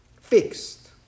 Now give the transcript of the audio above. Fixed